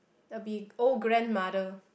that'll be old grandmother